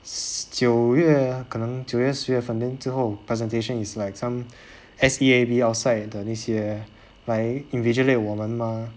九月可能九月十月份 then 最后 presentation is like some S_E_A_B outside 的那些来 invigilate 我们 mah